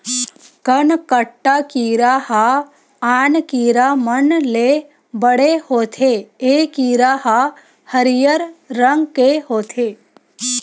कनकट्टा कीरा ह आन कीरा मन ले बड़े होथे ए कीरा ह हरियर रंग के होथे